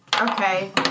Okay